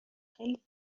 خیلی